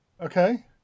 Okay